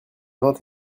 vingt